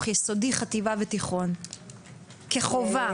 ביסודי בחטיבה ובתיכון כלימודי חובה?